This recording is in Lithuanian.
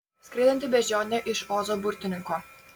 skraidanti beždžionė iš ozo burtininko